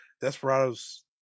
desperado's